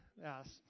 Yes